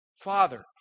Father